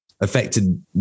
affected